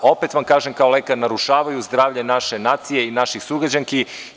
Opet vam kažem kao lekar, narušavaju zdravlje naše nacije i naših sugrađanki.